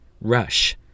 rush